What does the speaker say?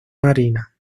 marina